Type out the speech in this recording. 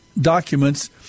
documents